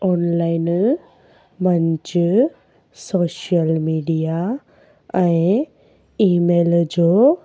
online मंच social media ऐं email जो